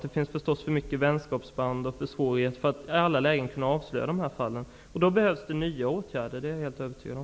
Det finns förstås för många vänskapsband för att dessa fall skall kunna avslöjas i alla lägen. Då behövs det nya åtgärder. Det är jag helt övertygad om.